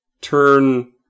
turn